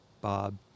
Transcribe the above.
Bob